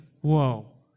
Whoa